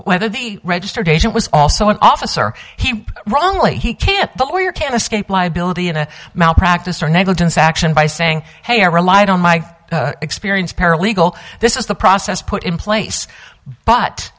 whether the registered agent was also an officer he only he can but where you can escape liability in a malpractise or negligence action by saying hey i relied on my experience paralegal this is the process put in place but